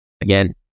again